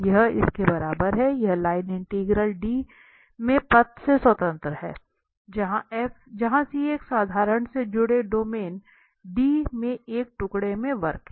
यह इसके बराबर है यह लाइन इंटीग्रल D में पथ से स्वतंत्र है जहां C एक साधारण से जुड़े डोमेन D में एक टुकड़े में वक्र है